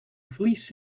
fleece